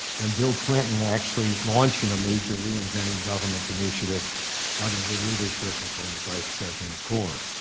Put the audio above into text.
and bill clinton actually launching a major reinventing government initiative under the the leadership of then vice president gore.